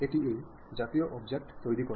এটি এই জাতীয় বস্তু তৈরি করে